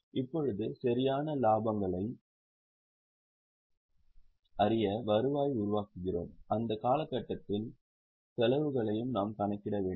இப்போது சரியான இலாபங்களை அறிய வருவாயை உருவாக்குகிறோம் அந்த காலகட்டத்தில் செலவுகளையும் நாம் கணக்கிட வேண்டும்